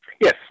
Yes